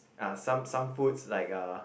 uh some some foods like uh